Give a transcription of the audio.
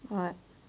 what